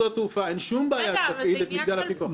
אין שום בעיה שרשות שדות התעופה תפעיל את מגדל הפיקוח.